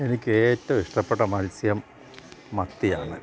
എനിക്ക് ഏറ്റവും ഇഷ്ടപ്പെട്ട മത്സ്യം മത്തിയാണ്